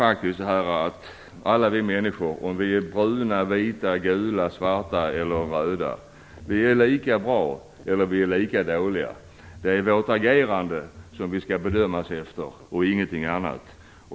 Alla vi människor, vare sig vi är bruna, vita, gula, svarta eller röda, är lika bra eller lika dåliga. Det är vårt agerande som vi skall bedömas efter och ingenting annat.